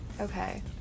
Okay